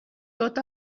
tot